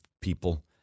people